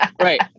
Right